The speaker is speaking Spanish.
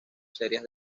serias